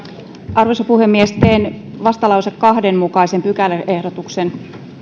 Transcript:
arvoisa puhemies teen vastalauseen kahden mukaisen pykäläehdotuksen